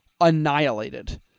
annihilated